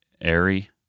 Airy